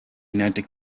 united